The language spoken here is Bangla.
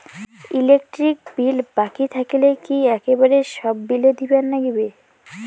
ইলেকট্রিক বিল বাকি থাকিলে কি একেবারে সব বিলে দিবার নাগিবে?